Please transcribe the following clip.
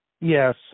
Yes